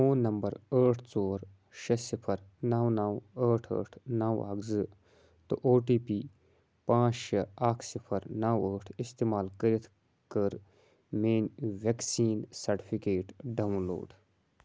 phone number ٲٹھ ژور شےٚ صِفر نَو نَو ٲٹھ ٲٹھ نَو اَکھ زٕ تہٕ او ٹی پی پانٛژھ شےٚ اَکھ صِفر نَو ٲٹھ اِستعمال کٔرِتھ کَر میٛٲنۍ ویکسیٖن سرٹِفکیٹ ڈاؤن لوڈ